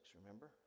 remember